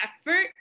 effort